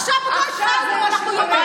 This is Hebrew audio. עכשיו עוד לא התחלנו, אנחנו יומיים בממשלה.